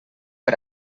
per